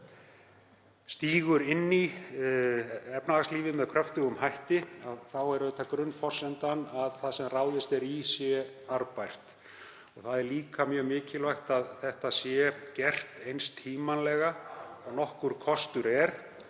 stígur inn í efnahagslífið með kröftugum hætti er auðvitað lykilatriði og grunnforsenda að það sem ráðist er í sé arðbært. Það er líka mjög mikilvægt að það sé gert eins tímanlega og nokkur kostur er.